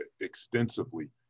extensively